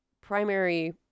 primary